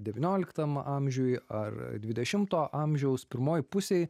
devynioliktam amžiui ar dvidešimto amžiaus pirmoj pusėj